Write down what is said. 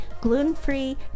gluten-free